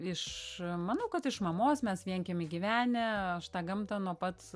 iš manau kad iš mamos mes vienkiemy gyvenę aš tą gamtą nuo pat